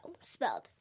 spelled